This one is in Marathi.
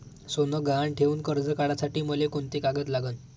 सोनं गहान ठेऊन कर्ज काढासाठी मले कोंते कागद लागन?